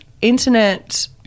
internet